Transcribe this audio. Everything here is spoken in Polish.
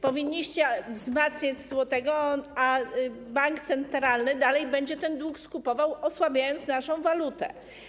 Powinniście wzmacniać złotego, a bank centralny dalej będzie ten dług skupował, osłabiając naszą walutę.